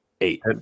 eight